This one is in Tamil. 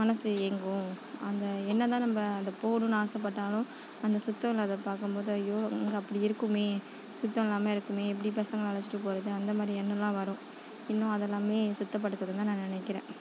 மனசு ஏங்கும் அந்த என்னதான் நம்ம அந்த போகணுன்னு ஆசை பட்டாலும் அந்த சுத்தம் இல்லாத பார்க்கும்போது ஐயோ அப்படி இருக்குமே சுத்தம் இல்லாமல் இருக்குமே எப்படி பசங்களை அழச்சிகிட்டு போகிறது அந்த மாதிரி எண்ணலாம் வரும் இன்னும் அதெலாமே சுத்த படுத்தணும்னுதான் நான் நினக்கிறன்